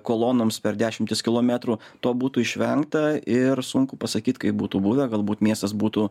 kolonoms per dešimtis kilometrų to būtų išvengta ir sunku pasakyt kaip būtų buvę galbūt miestas būtų